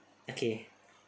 okay